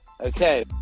Okay